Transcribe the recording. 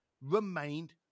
remained